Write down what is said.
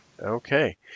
Okay